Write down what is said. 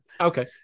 Okay